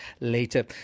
later